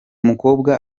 mukobwa